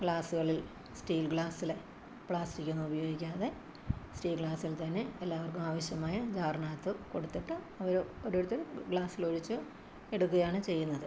ഗ്ലാസ്സുകളിൽ steel ഗ്ലാസ്സില് plastic ഒന്നും ഉപയോഗിക്കാതെ സ്റ്റീൽ ഗ്ലാസ്സിൽ തന്നെ എല്ലാവർക്കും ആവശ്യമായ ജാറിനകത്ത് കൊടുത്തിട്ട് അവര് ഒരോരുത്തരും ഗ്ലാസ്സിലൊഴിച്ച് എടുക്കുകയാണ് ചെയ്യുന്നത്